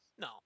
No